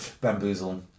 Bamboozle